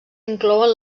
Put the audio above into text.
inclouen